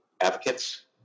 advocates